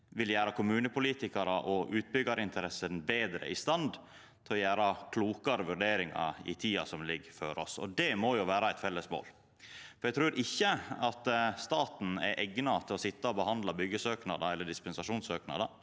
vil gjera kommunepolitikarar og utbyggjarinteresser betre i stand til å gjera klokare vurderingar i tida som ligg føre oss. Det må vera eit felles mål. Eg trur ikkje at staten er eigna til å sitja og behandla byggjesøknader eller dispensasjonssøknader.